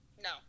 No